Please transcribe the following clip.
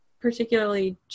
particularly